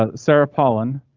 ah sarah pollen,